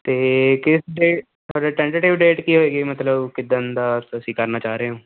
ਅਤੇ ਕੀ ਐਟੇਡੇਟਿਵ ਡੇਟ ਕੀ ਹੋਵੇਗੀ ਮਤਲਬ ਕਿੱਦਣ ਦਾ ਅਸੀਂ ਤੁਸੀਂ ਚਾਹ ਰਹੇ ਹੋ